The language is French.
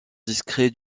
discret